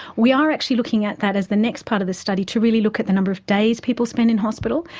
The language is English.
we are actually looking at that as the next part of the study, to really look at the number of days people spend in hospital,